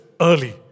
early